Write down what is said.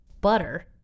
Butter